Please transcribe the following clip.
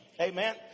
Amen